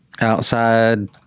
outside